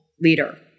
leader